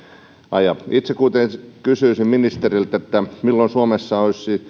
aja itse kuitenkin kysyisin ministeriltä milloin suomessa olisi